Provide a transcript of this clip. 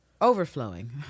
overflowing